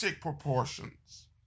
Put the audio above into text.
proportions